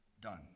done